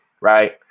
right